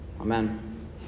Amen